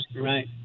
Right